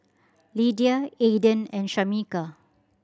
Lydia Aiden and Shameka